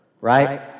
Right